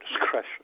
discretion